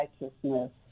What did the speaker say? righteousness